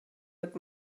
mit